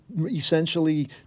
essentially